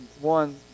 one